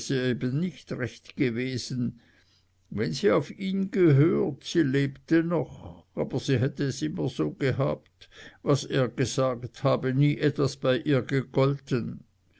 nicht recht gewesen wenn sie auf ihn gehört sie lebte noch aber sie hätte es immer so gehabt was er gesagt habe nie etwas bei ihr gegolten